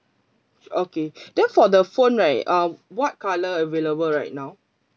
okay then for the phone right uh what colour available right now